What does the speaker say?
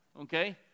Okay